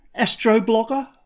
AstroBlogger